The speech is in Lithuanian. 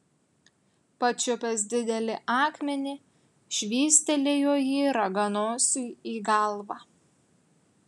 pačiupęs didelį akmenį švystelėjo jį raganosiui į galvą